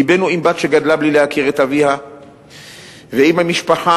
לבנו עם בת שגדלה בלי להכיר את אביה ועם המשפחה